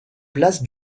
place